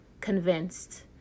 convinced